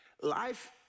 life